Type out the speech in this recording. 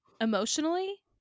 emotionally